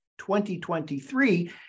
2023